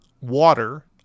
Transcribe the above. water